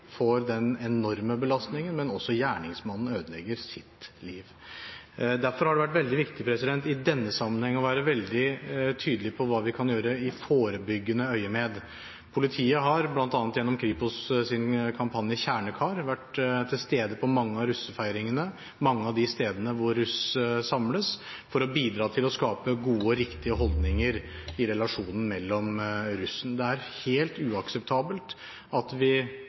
får den enorme belastningen, men også gjerningsmannen ødelegger sitt liv. Derfor har det vært viktig i denne sammenheng å være veldig tydelig på hva vi kan gjøre i forebyggende øyemed. Politiet har, bl.a. gjennom Kripos’ kampanje «Kjernekar», vært til stede på mange av russefeiringene, på mange av de stedene hvor russ samles, for å bidra til å skape gode og riktige holdninger i relasjonen mellom russ. Det er helt uakseptabelt at vi